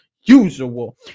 usual